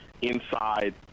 inside